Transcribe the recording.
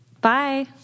Bye